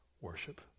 worship